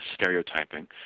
stereotyping